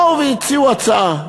באו והציעו הצעה.